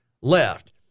left